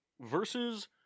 versus